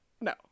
no